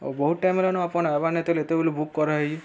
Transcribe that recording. ଆଉ ବହୁତ ଟାଇମ୍ ହେଲାନ ଆପଣ ଆଇବାର ନାଇଁ ତ କେତେବେଳୁ ବୁକ୍ କରା ହେଇଛି